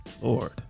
Lord